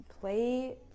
play